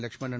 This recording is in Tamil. லட்சுமணன்